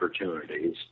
opportunities